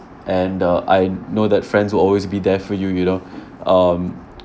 and uh I know that friends will always be there for you you know um